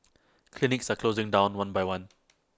clinics are closing down one by one